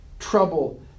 trouble